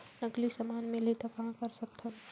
नकली समान मिलही त कहां कर सकथन?